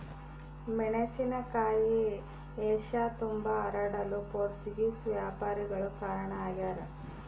ಮೆಣಸಿನಕಾಯಿ ಏಷ್ಯತುಂಬಾ ಹರಡಲು ಪೋರ್ಚುಗೀಸ್ ವ್ಯಾಪಾರಿಗಳು ಕಾರಣ ಆಗ್ಯಾರ